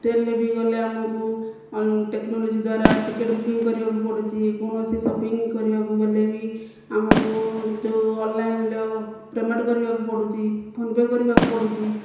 ଟ୍ରେନ୍ରେ ବି ଗଲେ ଆମକୁ ଟେକ୍ନୋଲୋଜି ଦ୍ଵାରା ଟିକେଟ୍ ବୁକିଂ କରିବାକୁ ପଡ଼ୁଛି କୌଣସି ସପିଂ କରିବାକୁ ଗଲେ ବି ଆମକୁ ଯେଉଁ ଅନଲାଇନ୍ରେ ପେମେଣ୍ଟ କରିବାକୁ ପଡ଼ୁଛି ଫୋନ୍ପେ କରିବାକୁ ପଡ଼ୁଛି